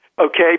Okay